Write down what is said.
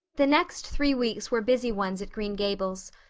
the next three weeks were busy ones at green gables,